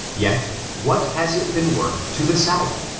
yet what has it been woith to the south?